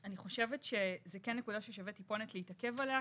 אני חושבת שזו נקודה ששווה להתעכב עליה,